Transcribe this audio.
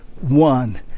one